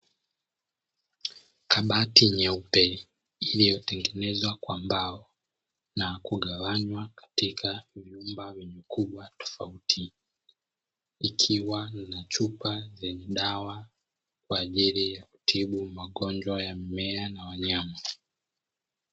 Kabati nyeupe iliyotengenezwa kwa mbao na kugawanywa katika vyumba vyenye ukubwa tofauti, ikiwa ni chupa zenye dawa kwa ajiili ya kutibu magonjwa ya mimea na wanyama.